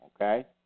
Okay